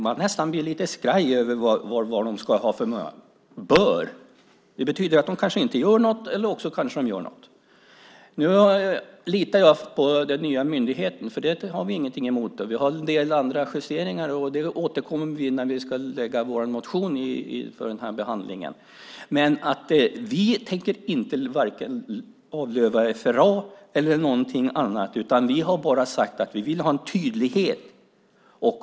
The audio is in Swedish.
Man blir nästan lite skraj. "Bör"! Det betyder att de kanske inte gör något, eller så kanske de gör något. Nu litar jag på den nya myndigheten, för den har vi ingenting emot. Vi har en del andra justeringar, och det återkommer vi till när vi ska lägga fram vår motion för behandlingen. Men vi tänker varken avlöva FRA eller något annat, utan vi har bara sagt att vi vill ha en tydlighet.